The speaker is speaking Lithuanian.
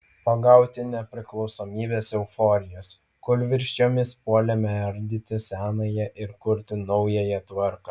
pagauti nepriklausomybės euforijos kūlvirsčiomis puolėme ardyti senąją ir kurti naująją tvarką